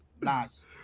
nice